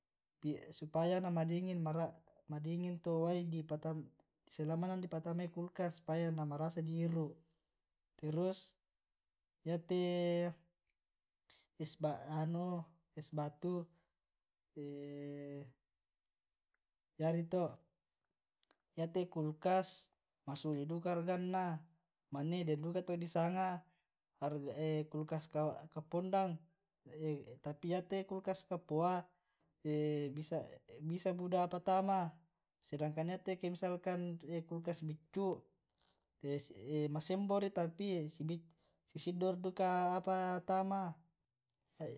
supaya na madingin madingi to wai di patama kulkas na marasa di iru' terus yate anu es batu yari to. yate kulkas masuli duka harganna mane deng duka to disanga kulkas kapondang tapi yate kulkas kapoa bisa buda apa tama sedangkan yate ake misalkan kulkas biccu' masembo ri tapi si siddo' duka ri apa tama.